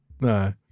No